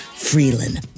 Freeland